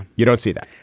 you don't see that.